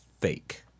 fake